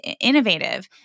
innovative